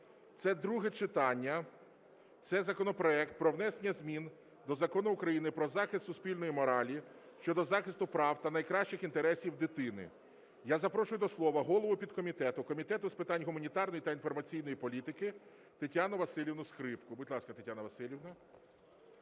Це друге читання, це законопроект про внесення змін до Закону України "Про захист суспільної моралі" щодо захисту прав та найкращих інтересів дитини. Я запрошу до слова голову підкомітету Комітету з питань гуманітарної та інформаційної політики Тетяну Василівну Скрипку. Будь ласка, Тетяна Василівна.